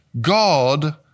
God